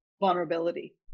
vulnerability